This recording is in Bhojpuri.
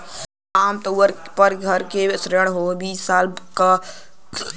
आम तउर पर घर के ऋण होइ बीस साल क